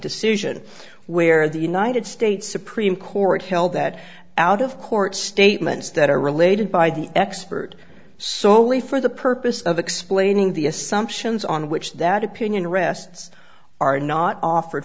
decision where the united states supreme court held that out of court statements that are related by the expert solely for the purpose of explaining the assumptions on which that opinion rests are not offer